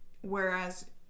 Whereas